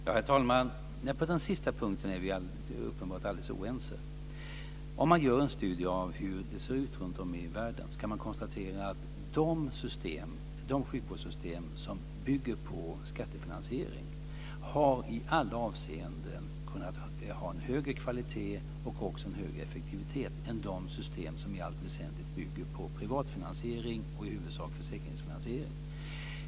Herr talman! På den sista punkten är vi uppenbart alldeles oense. Om man gör en studie av hur det ser ut runtom i världen kan man konstatera att de sjukvårdssystem som bygger på skattefinansiering har i alla avseenden högre kvalitet och även högre effektivitet än de system som i allt väsentligt bygger på privat finansiering, i huvudsak försäkringsfinansiering.